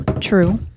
True